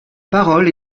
parole